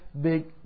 big